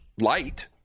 light